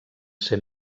ser